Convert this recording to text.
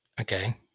Okay